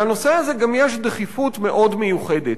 לנושא הזה גם יש דחיפות מאוד מיוחדת,